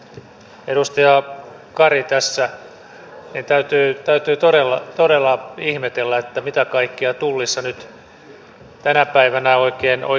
mutta aivan samoin kuin edustaja kari tässä täytyy todella ihmetellä mitä kaikkea tullissa nyt tänä päivänä oikein tapahtuu